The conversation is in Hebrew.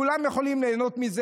כולם יכולים ליהנות מזה.